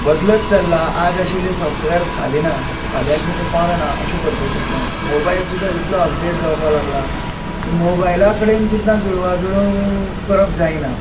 बदलत चल्लां आयज आशिल्लें साॅफ्टवेर फाल्यां ना फाल्यां आशिल्लें परां ना अशें पद्दतींतल्यान मोबायल सुद्दां इतलो अपडेट जावपाक लागला की मोबायला कडेन सुद्दां जुळवा जुळोव करप जायना